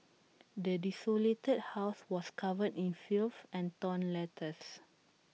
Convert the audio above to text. the desolated house was covered in filth and torn letters